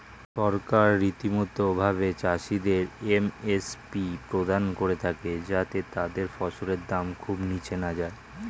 সরকার রীতিমতো ভাবে চাষিদের এম.এস.পি প্রদান করে থাকে যাতে তাদের ফসলের দাম খুব নীচে না যায়